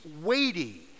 weighty